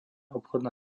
obchodná